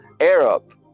Arab